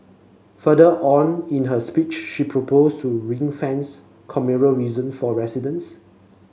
further on in her speech she proposed to ring fence communal reason for residents